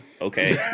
Okay